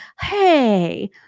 Hey